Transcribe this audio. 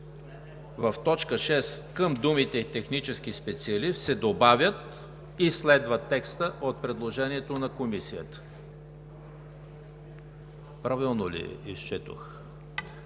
в т. 6 към думите „технически специалист“ – „се добавят“, и следва текстът от предложението на Комисията. Правилно ли го изчетох?